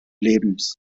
lebens